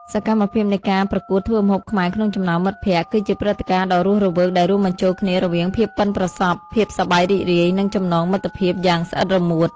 សកម្មភាពនៃការប្រកួតធ្វើម្ហូបខ្មែរក្នុងចំណោមមិត្តភក្តិ គឺជាព្រឹត្តិការណ៍ដ៏រស់រវើកដែលរួមបញ្ចូលគ្នារវាងភាពប៉ិនប្រសប់ ភាពសប្បាយរីករាយ និងចំណងមិត្តភាពយ៉ាងស្អិតរមួត។